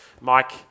Mike